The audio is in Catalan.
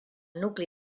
nucli